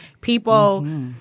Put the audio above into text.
people